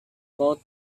both